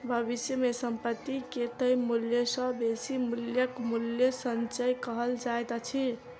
भविष्य मे संपत्ति के तय मूल्य सॅ बेसी मूल्यक मूल्य संचय कहल जाइत अछि